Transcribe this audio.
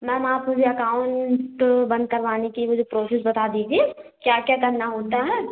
ma'am आप मुझे account बंद करवाने की मुझे प्रोसेस बता दीजिए क्या क्या करना होता है